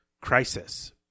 crisis